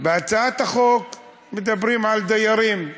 בהצעת החוק מדברים על דיירים,